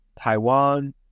Taiwan